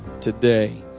today